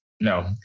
No